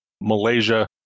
Malaysia